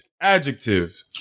Adjective